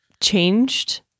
changed